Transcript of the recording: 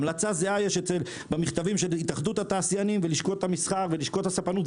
המלצה זהה יש במכתבים של התאחדות התעשיינים ולשכות המסחר ולשכות הספנות.